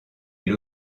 elle